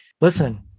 listen